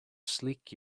sleek